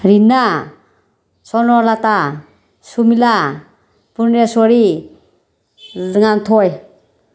ꯔꯤꯅꯥ ꯁꯣꯅꯣꯂꯇꯥ ꯁꯨꯃꯤꯂꯥ ꯄꯨꯔꯅꯦꯁꯣꯔꯤ ꯉꯥꯟꯊꯣꯏ